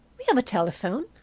we have a telephone,